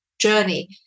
journey